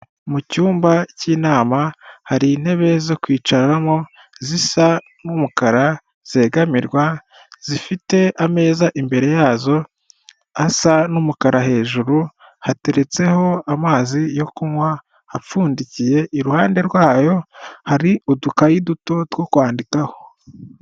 Mu cyumba cy'inama hari intebe zo kwicaramo zisa n'umukara zegamirwa zifite ameza imbere yazo asa n'umukara hejuru hateretseho amazi yo kunywa apfundikiye iruhande rwayo hari udukayi duto two kwandikaho.